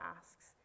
asks